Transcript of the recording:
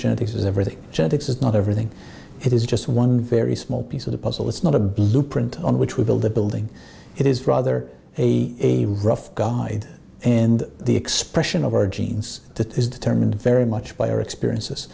genetics is everything is not everything it is just one very small piece of the puzzle it's not a blueprint on which we build the building it is rather a rough guide and the expression of our genes to determine very much by our experiences